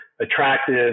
attractive